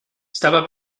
estaba